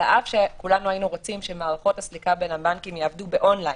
על אף שכולנו היינו רוצים שמערכות הסליקה בין הבנקים יעבדו באונליין,